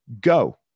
go